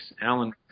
Alan